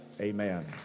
Amen